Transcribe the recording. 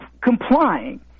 complying